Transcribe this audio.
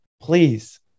please